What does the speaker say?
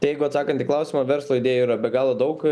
tai jeigu atsakant į klausimą verslo idėjų yra be galo daug